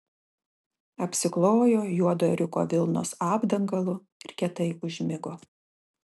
apsiklojo juodo ėriuko vilnos apdangalu ir kietai užmigo